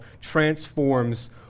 transforms